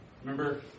Remember